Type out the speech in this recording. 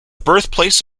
birthplace